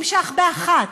או דיון שנמשך ב-13:00,